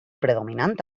predominant